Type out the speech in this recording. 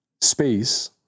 space